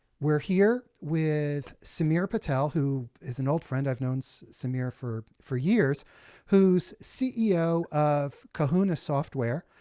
we're here with sameer patel, who is an old friend i've known so sameer for for years who is ceo of kahuna software,